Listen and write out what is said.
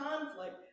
conflict